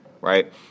right